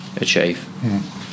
achieve